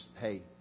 hey